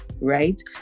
right